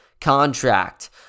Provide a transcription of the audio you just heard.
contract